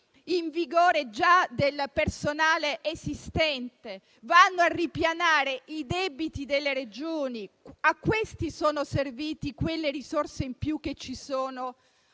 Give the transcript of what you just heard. in vigore del personale esistente e vanno a ripianare i debiti delle Regioni. A questo sono servite quelle risorse in più che ci sono